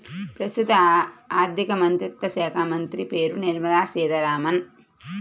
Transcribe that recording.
ప్రస్తుత ఆర్థికమంత్రిత్వ శాఖామంత్రి పేరు నిర్మల సీతారామన్